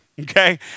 Okay